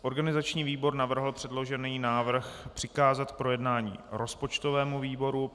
Organizační výbor navrhl předložený návrh přikázat k projednání rozpočtovému výboru.